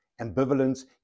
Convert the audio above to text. Ambivalence